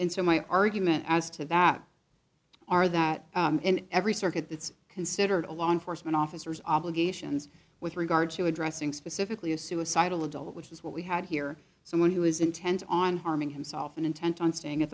my argument as to that are that in every circuit that's considered a law enforcement officers obligations with regard to addressing specifically a suicidal adult which is what we had here someone who is intent on harming himself and intent on staying at